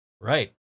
Right